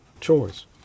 choice